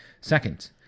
Second